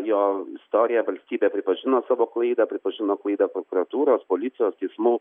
jo istoriją valstybė pripažino savo klaidą pripažino klaidą prokuratūros policijos teismų